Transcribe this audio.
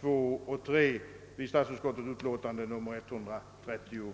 2 och 3 vid statsutskottets utlåtande nr 134.